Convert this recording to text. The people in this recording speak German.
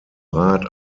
rat